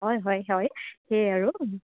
হয় হয় হয় সেই আৰু